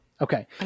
Okay